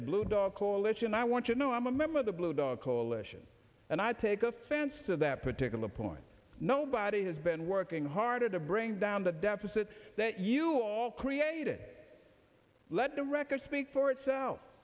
the blue dog coalition i want to know i'm a member of the blue dog coalition and i take offense to that particular point nobody has been working hard to bring down the deficit that you all created let the record speak for itself